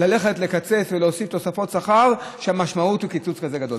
ללכת לקצה ולהוסיף תוספות שכר כשהמשמעות היא קיצוץ כזה גדול.